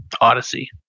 Odyssey